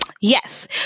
Yes